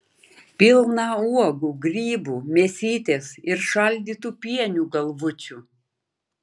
pilną uogų grybų mėsytės ir šaldytų pienių galvučių